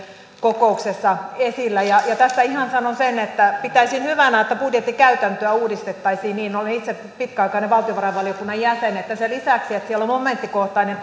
kokouksessa esillä tässä ihan sanon sen että pitäisin hyvänä että budjettikäytäntöä uudistettaisiin niin olen itse pitkäaikainen valtiovarainvaliokunnan jäsen että sen lisäksi että siellä on momenttikohtainen